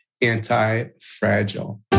anti-fragile